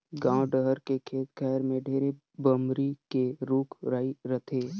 गाँव डहर के खेत खायर में ढेरे बमरी के रूख राई रथे